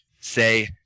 say